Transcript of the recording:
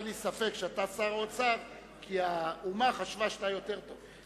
אין לי ספק שאתה שר האוצר כי האומה חשבה שאתה יותר טוב.